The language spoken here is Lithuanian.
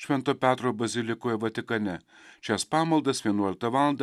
švento petro bazilikoje vatikane šias pamaldas vienuoliktą valandą